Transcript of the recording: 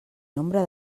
nombre